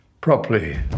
Properly